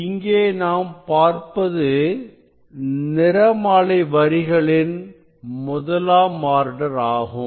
இங்கே நாம் பார்ப்பது நிறமாலை வரிகளின் முதலாம் ஆர்டர் ஆகும்